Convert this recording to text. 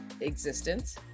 existence